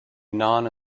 non